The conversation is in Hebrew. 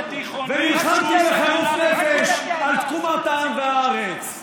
ונלחמתי בחירוף נפש על תקומת העם והארץ.